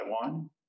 Taiwan